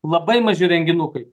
labai maži renginukai